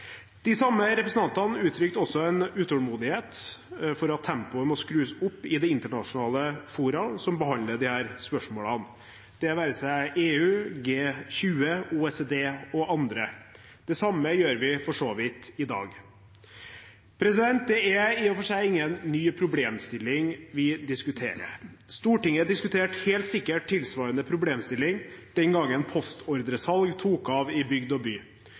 De samme representantene uttrykte også en utålmodighet for at tempoet må skrus opp i de internasjonale fora som behandler disse spørsmålene, det være seg EU, G20, OECD eller andre. Det samme gjør vi for så vidt i dag. Det er i og for seg ingen ny problemstilling vi diskuterer. Stortinget diskuterte helt sikkert tilsvarende problemstilling den gangen postordresalg tok av i bygd og by.